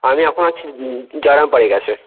আমি এখন আছি জয়রাম বাড়ির কাছে